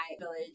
village